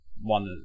one